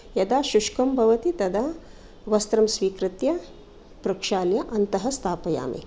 यदा शुष्कं भवति तदा वस्त्रं स्वीकृत्य प्रक्षाल्य अन्तः स्थापयामि